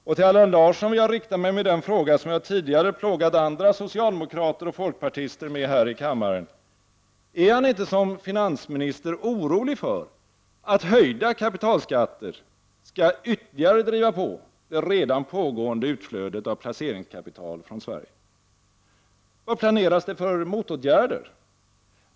Och till Allan Larsson vill jag rikta den fråga som jag tidigare plågat andra socialdemokrater och folkpartister med här i kammaren: Är han inte som finansminister orolig för att höjda kapitalskatter skall ytterligare driva på det redan pågående utflödet av placeringskapital från Sverige? Vad planeras det för motåtgärder?